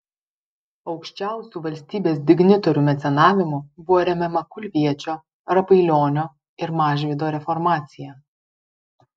aukščiausių valstybės dignitorių mecenavimu buvo remiama kulviečio rapailionio ir mažvydo reformacija